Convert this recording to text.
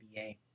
NBA